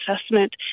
assessment